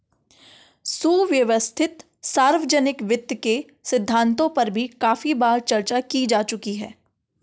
सुव्यवस्थित सार्वजनिक वित्त के सिद्धांतों पर भी काफी बार चर्चा की जा चुकी है